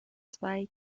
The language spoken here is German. zwei